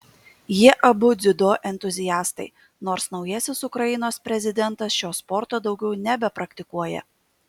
jie abu dziudo entuziastai nors naujasis ukrainos prezidentas šio sporto daugiau nebepraktikuoja